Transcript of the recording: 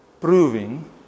proving